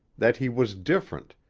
that he was different,